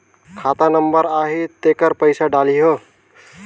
खाता नंबर आही तेकर पइसा डलहीओ?